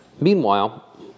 Meanwhile